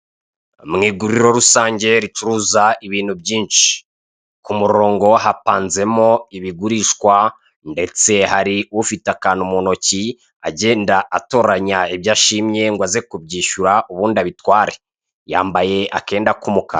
Mu iguriro rusange ricuruza ibintu byinshi ku murongo hapanzemo ibigurishwa ndetse hari ufite akantu mu ntoki agenda atoranya ibyo ashimye ngo aze kubyishyura ubundi abitware.